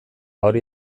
hori